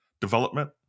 development